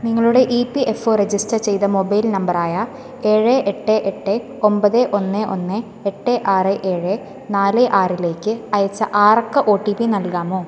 നിങ്ങളുടെ E P F O register ചെയ്ത mobile number ആയ ഏഴ് എട്ട് എട്ട് ഒമ്പത് ഒന്ന് ഒന്ന് എട്ട് ആറ് ഏഴ് നാല് ആറിലേക്ക് അയച്ച ആറക്ക ഒ ടി പി നൽകാമോ